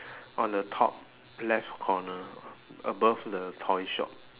on the top left corner above the toy shop